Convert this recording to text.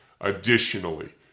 Additionally